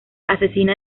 asesina